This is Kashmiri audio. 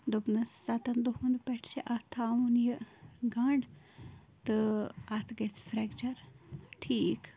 دۄپنَس سَتَن دۄہَن پٮ۪ٹھ چھِ اَتھ تھاوُن یہِ گَنٛڈ تہٕ اَتھ گَژھِ فریکچَر ٹھیٖک